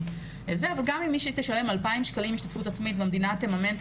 וגם אם מי שתשלם 2,000 שקלים השתתפות עצמית והמדינה תממן את